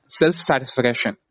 self-satisfaction